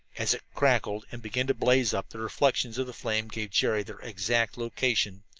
as it crackled and began to blaze up, the reflection of the flame gave jerry their exact location.